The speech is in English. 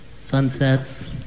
sunsets